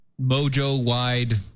mojo-wide